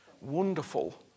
wonderful